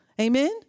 Amen